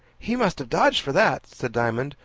he must have dodged for that, said diamond,